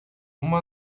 uma